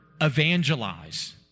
evangelize